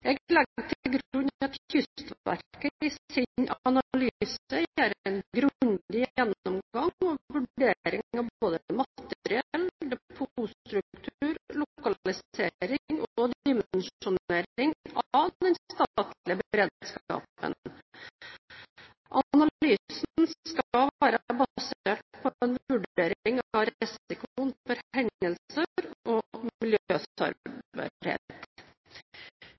Jeg legger til grunn at Kystverket i sin analyse gjør en grundig gjennomgang og vurdering av både materiell, depotstruktur, lokalisering og dimensjonering av den statlige beredskapen. Analysen skal være basert på en vurdering av risikoen for hendelser og